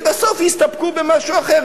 ובסוף יסתפקו במשהו אחר,